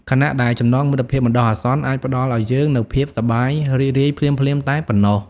ខណៈដែលចំណងមិត្តភាពបណ្ដោះអាសន្នអាចផ្តល់ឲ្យយើងនូវភាពសប្បាយរីករាយភ្លាមៗតែប៉ុណ្ណោះ។